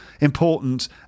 important